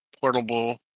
portable